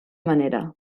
manera